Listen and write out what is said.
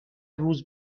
روز